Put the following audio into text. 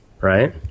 Right